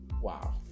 wow